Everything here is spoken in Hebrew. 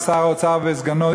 שר האוצר וסגנו,